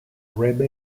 rebbe